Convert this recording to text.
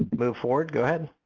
move forward go ahead.